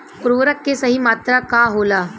उर्वरक के सही मात्रा का होला?